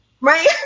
Right